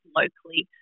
locally